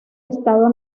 estado